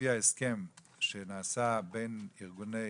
לפי ההסכם שנעשה בין ארגוני